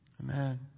Amen